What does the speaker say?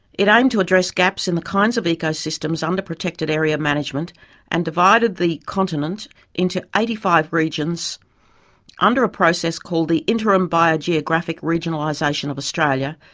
it aimed to address gaps in the kinds of ecosystems under protected area management and divided the continent into eighty five regions under a process called the interim biogeographic regionalisation of australia,